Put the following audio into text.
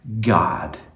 God